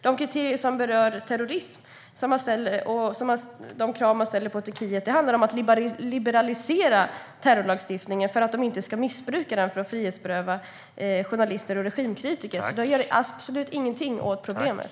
De kriterier som berör terrorism och de krav man ställer på Turkiet handlar om att liberalisera terrorlagstiftningen så att Turkiet inte ska missbruka den för att frihetsberöva journalister och regimkritiker. De gör absolut inget åt problemet.